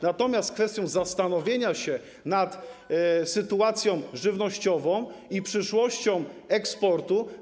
Natomiast jest kwestia do zastanowienia się nad sytuacją żywnościową i przyszłością eksportu.